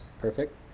Perfect